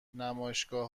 نمایشگاه